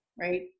right